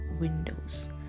windows